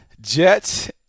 Jets